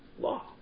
law